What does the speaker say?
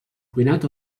cuinat